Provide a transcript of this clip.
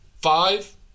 five